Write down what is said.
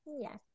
Yes